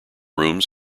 rooms